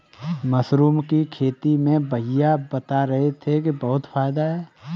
mushroom की खेती में भैया बता रहे थे कि बहुत फायदा है